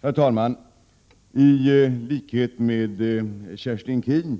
Herr talman! I likhet med Kerstin Keen